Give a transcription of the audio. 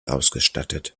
ausgestattet